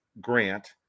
grant